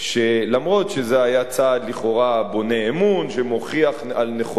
למרות שזה היה צעד לכאורה בונה אמון שמוכיח נכונות